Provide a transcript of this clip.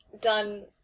done